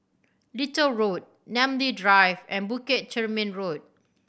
Little Road Namly Drive and Bukit Chermin Road